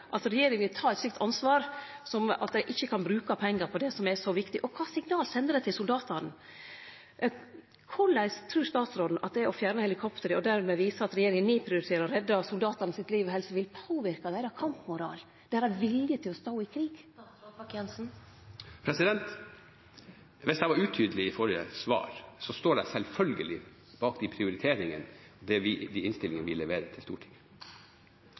så viktig. Og kva signal sender det til soldatane? Korleis trur statsråden at det å fjerne helikopteret og dermed vise at regjeringa nedprioriterer liv og helse for soldatane, vil påverke kampmoralen deira, viljen til å stå i krig? Hvis jeg var utydelig i mitt forrige svar, står jeg selvfølgelig bak prioriteringene i de dokumentene vi leverer til Stortinget.